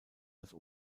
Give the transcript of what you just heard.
als